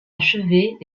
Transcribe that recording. achever